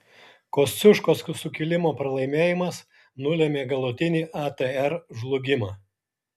kosciuškos sukilimo pralaimėjimas nulėmė galutinį atr žlugimą